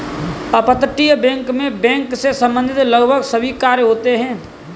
अपतटीय बैंक मैं बैंक से संबंधित लगभग सभी कार्य होते हैं